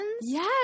Yes